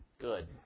good